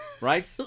Right